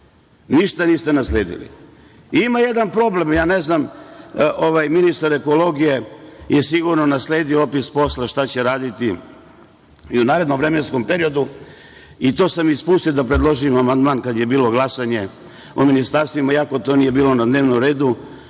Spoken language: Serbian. Ništa niste nasledili. Ima jedan problem, ministar ekologije je sigurno nasledio opis posla šta će raditi u narednom vremenskom periodu, i to sam ispustio da predložim amandman kad je bilo glasanje o ministarstvima, iako to nije bilo na dnevnom redu,